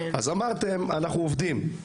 אמרתם שאתם עובדים.